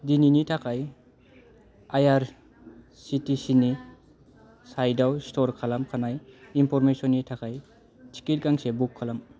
दिनैनि थाखाय I R C T C नि साइटआव स्ट'र खालामखानाय इनफ'रमेसननि थाखाय टिकेट गांसे बुक खालाम